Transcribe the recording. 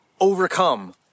overcome